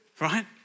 right